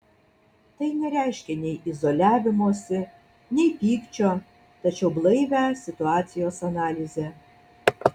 tai nereiškia nei izoliavimosi nei pykčio tačiau blaivią situacijos analizę